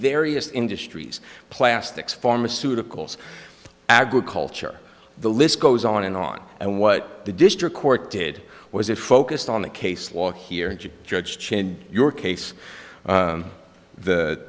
various industries plastics pharmaceuticals agriculture the list goes on and on and what the district court did was it focused on the case law here judge chin your case